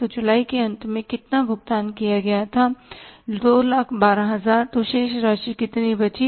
तो जुलाई के अंत में कितना भुगतान किया गया था 212000 तो शेष राशि कितनी बची